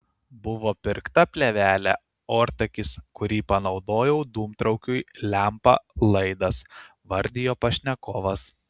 buvo pirkta plėvelė ortakis kurį panaudojau dūmtraukiui lempa laidas vardijo pašnekovas